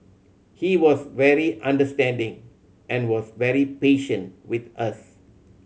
he was very understanding and was very patient with us